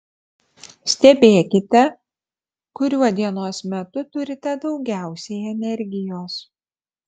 stebėkite kuriuo dienos metu turite daugiausiai energijos